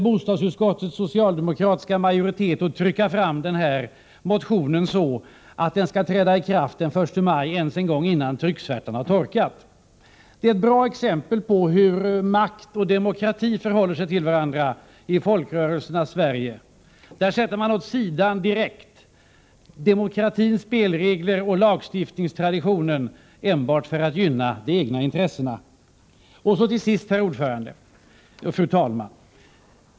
Bostadsutskottets socialdemokratiska majoritet skyndade sig att trycka fram den här motionen så att den skall kunna träda i kraft den 1 maj — t.o.m. innan trycksvärtan har torkat. Det här är ett bra exempel på hur makt och demokrati förhåller sig till varandra i folkrörelsernas Sverige. Man sätter där direkt åt sidan demokratins spelregler och lagstiftningstraditionen enbart för att gynna de egna intressena. Till sist, fru talman!